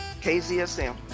KZSM